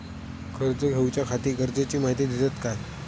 कर्ज घेऊच्याखाती गरजेची माहिती दितात काय?